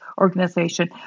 organization